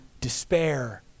despair